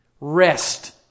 rest